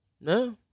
no